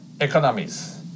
economies